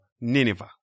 Nineveh